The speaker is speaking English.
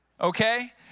Okay